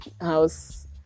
house